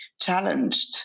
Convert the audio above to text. challenged